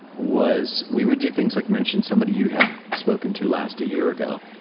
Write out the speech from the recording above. was we would do things like mention somebody you had spoken to last a year ago